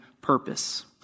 purpose